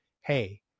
hey